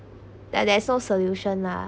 like the sole solution lah